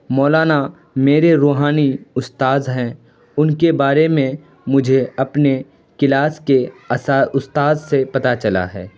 مولانا میرے روحانی استاذ ہیں ان کے بارے میں مجھے اپنے کلاس کے استاذ سے پتہ چلا ہے